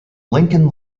lincoln